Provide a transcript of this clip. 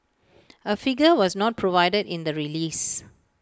A figure was not provided in the release